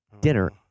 dinner